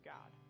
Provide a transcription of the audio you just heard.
God